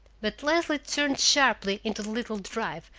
but leslie turned sharply into the little drive,